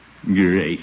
Great